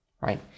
right